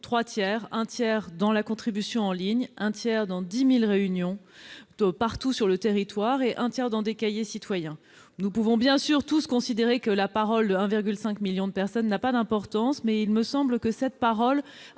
participé : un tiers par des contributions en ligne, un tiers dans 10 000 réunions partout sur le territoire et un tiers dans des cahiers citoyens. Nous pouvons bien sûr tous considérer que la parole de 1,5 million de personnes n'a pas d'importance, mais il me semble que cette parole